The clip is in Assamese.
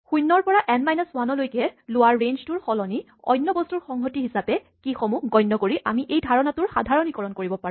শূণ্যৰ পৰা এন মাইনাচ ৱান লৈকে লোৱা ৰেঞ্জটোৰ সলনি অন্য বস্তুৰ সংহতি হিচাপে কী চাবিসমূহক গণ্য কৰি আমি এই ধাৰণাটোৰ সাধাৰণিকৰণ কৰিব পাৰো